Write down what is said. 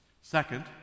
Second